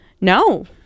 No